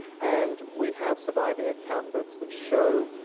and we have surviving account books that show,